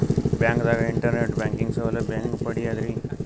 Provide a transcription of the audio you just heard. ಬ್ಯಾಂಕ್ದಾಗ internet banking ಸೌಲಭ್ಯ ಹೆಂಗ್ ಪಡಿಯದ್ರಿ?